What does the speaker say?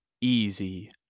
Easy